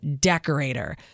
decorator